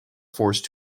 forced